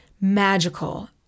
magical